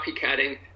copycatting